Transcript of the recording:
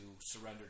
surrender